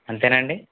అంతేనా అండీ